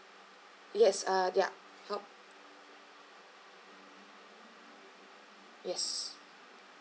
yes uh ya help yes